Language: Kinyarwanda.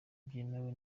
byemewe